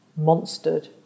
monstered